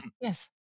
Yes